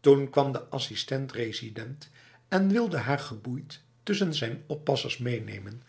toen kwam de assistent-resident en wilde haar geboeid tussen zijn oppassers meenemen